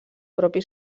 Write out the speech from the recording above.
propi